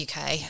uk